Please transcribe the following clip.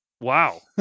Wow